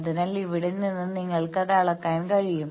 അതിനാൽ ഇവിടെ നിന്ന് നിങ്ങൾക്ക് അത് അളക്കാൻ കഴിയും